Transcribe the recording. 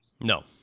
No